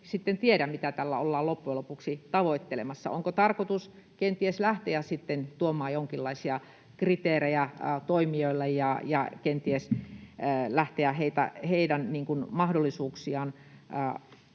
tiedä, mitä tällä ollaan loppujen lopuksi tavoittelemassa. Onko tarkoitus kenties lähteä tuomaan jonkinlaisia kriteerejä toimijoille ja kenties lähteä rajoittamaan heidän mahdollisuuksiaan